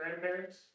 grandparents